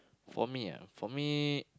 for me ah for me